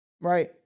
Right